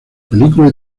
película